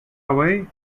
away